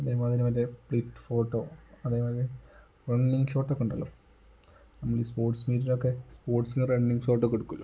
അതേമാതിരി മറ്റേ split photo അതേമാതിരി റണ്ണിംഗങ് ഷോട്ട് ഒക്കെ ഉണ്ടല്ലോ നമ്മൾ ഈ സ്പോർട്സ് മീറ്റിലൊക്കെ സ്പോർട്സിന്റെ റണ്ണിങ് ഷോട്ട് ഒക്കെ എടുക്കുമല്ലോ